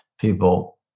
people